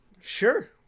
Sure